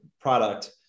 product